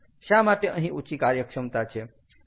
શા માટે અહીં ઊંચી કાર્યક્ષમતા છે